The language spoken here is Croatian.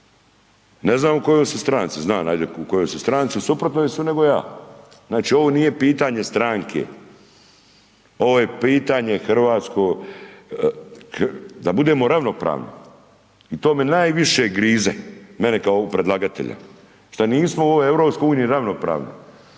ne znam u kojoj ste stranci, znam ajde u kojoj ste stranci, u suprotnoj su nego ja. Znači ovo nije pitanje stranke, ovo je pitanje da bude ravnopravni i to me najviše grize, mene kao predlagatelja, šta nismo u EU-u ravnopravni,